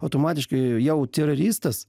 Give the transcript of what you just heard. automatiškai jau teroristas